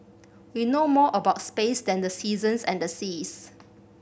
we know more about space than the seasons and the seas